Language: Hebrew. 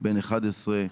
בן 11,